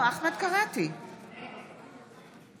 (קוראת בשמות חברי הכנסת)